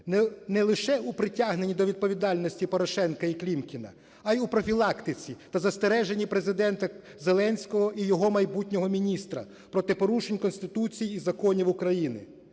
не лише у притягненні до відповідальності Порошенка і Клімкіна, а і у профілактиці та застереженні Президента Зеленського і його майбутнього міністра проти порушень Конституції і законів України.